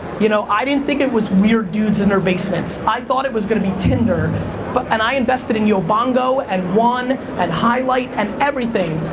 you know i didn't think it was weird dudes in their basements. i thought it was gonna be tinder but and i invested in yobongo, and one, and highlight, and everything,